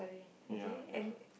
ya ya